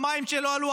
המים שלו עלו,